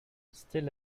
still